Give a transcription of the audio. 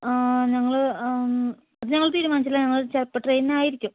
ഞങ്ങൾ ഞങ്ങൾ തീരുമാനിച്ചിട്ടില്ല ഞങ്ങൾ ചിലപ്പോൾ ട്രെയിനിന് ആയിരിക്കും